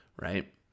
Right